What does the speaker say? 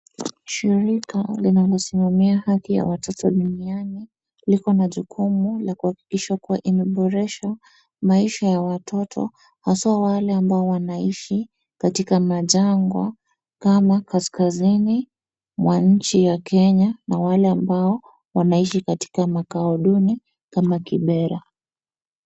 Shirika linalosimamia haki ya watoto duniani liko na jukumu la kuhakikisha kuwa imeboresha maisha ya watoto haswa wale ambao wanaishi katika majangwa, kama kaskazini mwa nchi ya Kenya na wale ambao wanaishi katika makao duni kama Kibera.